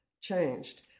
changed